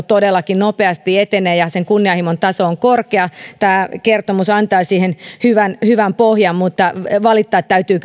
todellakin nopeasti etenee ja sen kunnianhimon taso on korkea tämä kertomus antaa siihen hyvän hyvän pohjan mutta valittaa täytyy